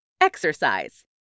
Exercise